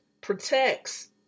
protects